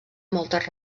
moltes